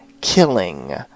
killing